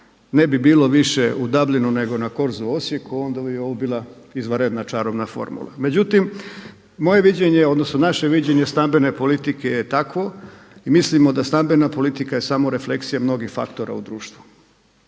ne bi bilo više u Dublinu nego na korzu u Osijeku, onda bi ovo bila izvanredna čarobna formula. Međutim, moje viđenje, odnosno naše viđenje stambene politike je takvo i mislimo da stambena politika je samo refleksija mnogih faktora u društvu.